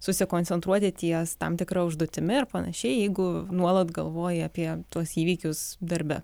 susikoncentruoti ties tam tikra užduotimi ir panašiai jeigu nuolat galvoji apie tuos įvykius darbe